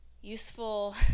useful